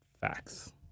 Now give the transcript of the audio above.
Facts